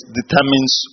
determines